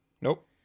nope